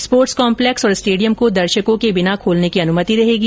sports complex और stadium को दर्शको के बिना खोलने की अनुमति रहेगी